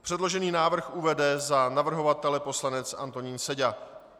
Předložený návrh uvede za navrhovatele poslanec Antonín Seďa.